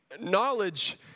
Knowledge